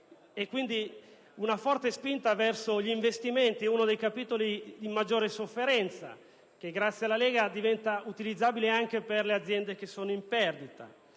quindi di una forte spinta verso gli investimenti, uno tra i capitoli di maggiore sofferenza, che grazie alla Lega diventano utilizzabili anche per le aziende che sono in perdita.